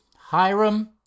hiram